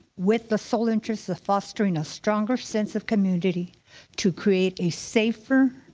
which the sole interest of fostering a stronger sense of community to create a safer,